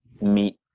meet